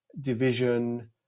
division